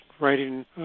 writing